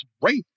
great